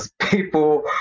people